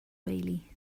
bailey